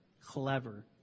clever